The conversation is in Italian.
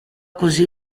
così